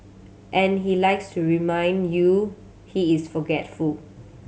and he likes to remind you he is forgetful